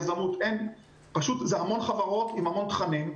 יזמות זה המון חברות עם המון תכנים.